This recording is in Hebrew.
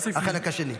החלק השני.